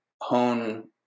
hone